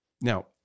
Now